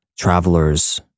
Travelers